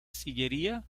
sillería